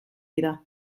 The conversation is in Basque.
dira